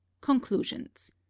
CONCLUSIONS